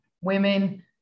women